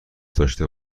داشته